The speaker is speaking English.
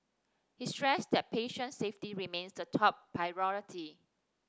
he stressed that patient safety remains the top priority